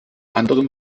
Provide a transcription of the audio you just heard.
anderem